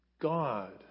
God